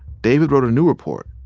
david wrote a new report,